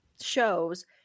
shows